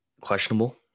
questionable